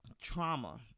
trauma